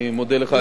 אני מודה לך.